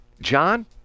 John